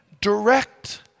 direct